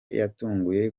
yatanguye